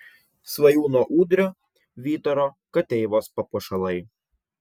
svajūno udrio vytaro kateivos papuošalai